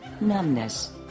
numbness